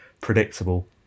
predictable